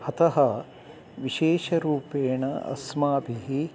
अतः विशेषरूपेण अस्माभिः